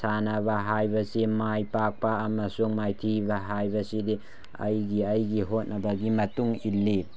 ꯁꯥꯟꯅꯕ ꯍꯥꯏꯕꯁꯤ ꯃꯥꯏ ꯄꯥꯛꯄ ꯑꯃꯁꯨꯡ ꯃꯥꯏꯊꯤꯕ ꯍꯥꯏꯕꯁꯤꯗꯤ ꯑꯩꯒꯤ ꯑꯩꯒꯤ ꯍꯣꯠꯅꯕꯒꯤ ꯃꯇꯨꯡ ꯏꯜꯂꯤ